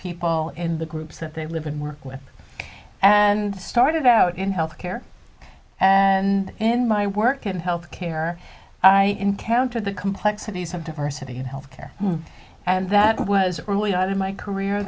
people in the groups that they live and work with and started out in health care and in my work in health care i encountered the complexities of diversity in health care and that was early on in my career